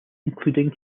including